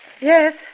Yes